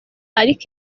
aliko